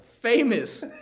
famous